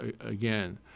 again